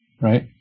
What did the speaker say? right